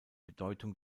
bedeutung